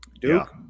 Duke